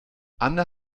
anne